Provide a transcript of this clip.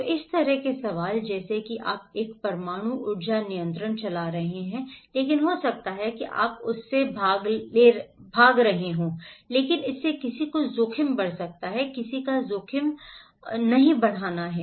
तो इस तरह के सवाल जैसे कि आप एक परमाणु ऊर्जा संयंत्र चला रहे थे लेकिन हो सकता है कि आप उससे भाग रहे हों लेकिन इससे किसी का जोखिम बढ़ सकता है किसी का जोखिम बढ़ सकता है